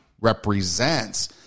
represents –